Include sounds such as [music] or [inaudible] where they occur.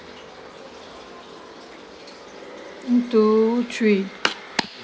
one two three [noise]